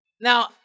Now